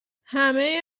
همه